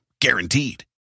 Guaranteed